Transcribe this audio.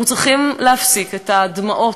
אנחנו צריכים להפסיק את הדמעות,